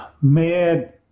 MAD